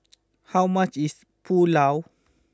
how much is Pulao